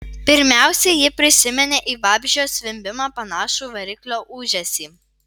pirmiausia ji prisiminė į vabzdžio zvimbimą panašų variklio ūžesį